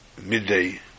midday